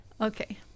Okay